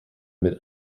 mit